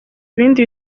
ibindi